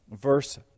verse